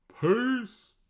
Peace